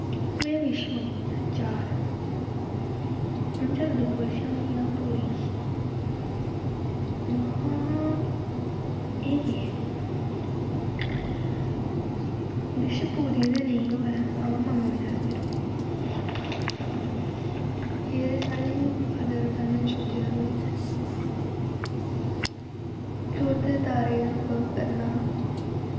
में विश मंगियां चार उंदे चा दो विशां होई गेइयां पूरियां महां एह् केह् विश पूरी ते नेईं होऐ अवा मंगने अस जरूर एह् ते साढ़ी आदत कदें नी छट्टी सकदी टुट्टदे तारे गी अनुभव करना